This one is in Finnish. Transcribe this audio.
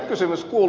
kysymys kuuluu